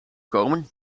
komen